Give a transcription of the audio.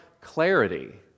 clarity